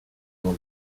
bol